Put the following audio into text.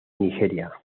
nigeria